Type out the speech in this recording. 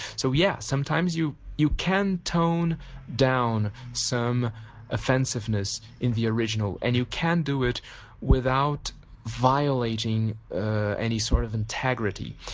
so yes, sometimes you you can tone down some offensiveness in the original and you can do it without violating any sort of integrity,